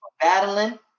battling